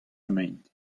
emaint